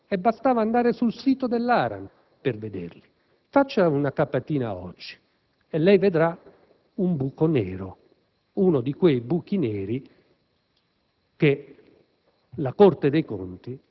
forniti di ogni dato per comparto; bastava andare sul sito dell'ARAN per vederli. Faccia una capatina oggi a quel sito: lei vedrà un buco nero, uno di quei buchi neri